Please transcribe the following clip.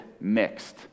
mixed